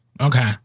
Okay